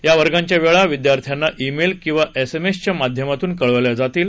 या वर्गांच्या वेळा विद्यार्थ्यांना ई मेल किंवा एसएमएस च्या माध्यामातून कळवल्या जातील